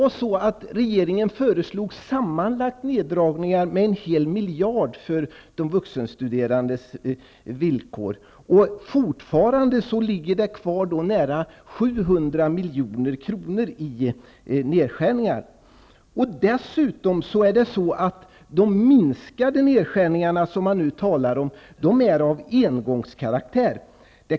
Regeringen föreslog sammanlagt neddragningar med en hel miljard för de vuxenstuderandes villkor. Fortfarande ligger det kvar nära 700 milj.kr. i nedskärningar. De minskade nedskärningar som man nu talar om är av engångskaraktär.